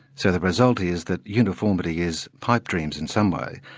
so the result is, that uniformity is pipe dreams in some way,